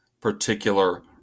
particular